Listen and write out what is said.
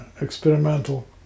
experimental